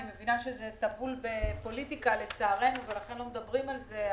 אני מבינה שזה טבול בפוליטיקה לצערנו ולכן לא מדברים על זזה,